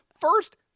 First